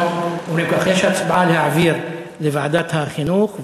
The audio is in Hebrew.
אנחנו אומרים כך: יש הצעה להעביר לוועדת החינוך,